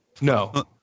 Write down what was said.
No